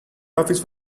office